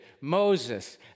Moses